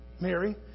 Mary